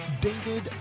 David